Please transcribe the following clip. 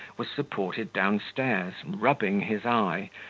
was supported down-stairs, rubbing his eye,